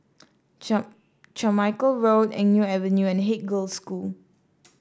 Carmichael Road Eng Neo Avenue and Haig Girls' School